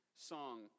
song